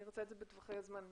נרצה את זה בטווחי זמן קצרים,